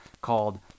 called